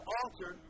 altar